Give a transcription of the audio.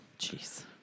jeez